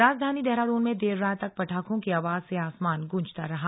राजधानी देहरादून में देर रात तक पटाखों की आवाज से आसमान ग्रंजता रहा